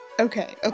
Okay